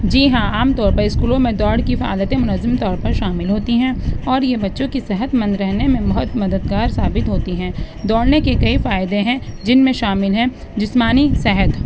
جی ہاں عام طور پر اسکولوں میں دوڑ کی سعادتیں منظم طور پر شامل ہوتی ہیں اور یہ بچوں کی صحت مند رہنے میں بہت مددگار ثابت ہوتی ہیں دوڑنے کے کئی فائدے ہیں جن میں شامل ہیں جسمانی صحت